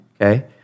okay